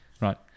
Right